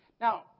Now